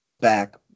back